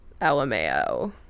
LMAO